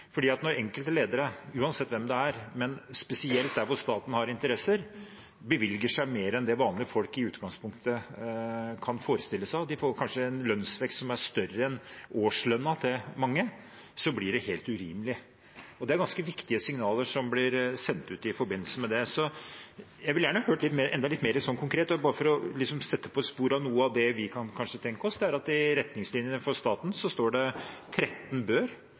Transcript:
når enkelte ledere – uansett hvem, men spesielt der staten har interesser – bevilger seg mer enn det vanlige folk i utgangspunktet kan forestille seg, og får en lønnsvekst som kanskje er større enn manges årslønn, blir det helt urimelig. Og det er ganske viktige signaler som blir sendt ut i forbindelse med det. Jeg vil gjerne høre enda litt mer konkret om dette. For å sette det på sporet av noe vi kanskje kan tenke oss: I retningslinjene for staten står det «bør» 13 ganger. Er statsråden enig i at disse kanskje bør